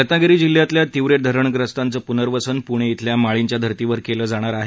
रत्नागिरी जिल्ह्यातल्या तिवरे धरणग्रस्तांचं प्नर्वसन प्णे इथल्या माळींच्या धर्तीवर केलं जाणार आहे